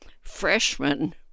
freshman